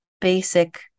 basic